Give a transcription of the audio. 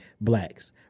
blacks